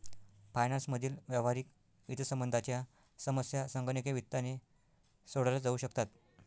finance मधील व्यावहारिक हितसंबंधांच्या समस्या संगणकीय वित्ताने सोडवल्या जाऊ शकतात